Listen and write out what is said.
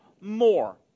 more